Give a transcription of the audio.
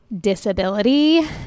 disability